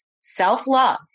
self-love